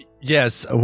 yes